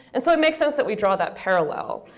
and so it makes sense that we draw that parallel.